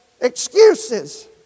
Excuses